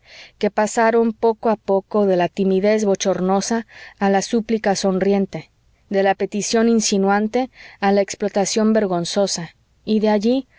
que pasaron poco a poco de la timidez bochornosa a la súplica sonriente de la petición insinuante a la explotación vergonzosa y de allí